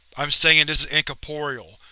i'm saying this is incorporeal.